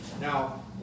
Now